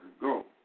Go